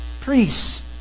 Priests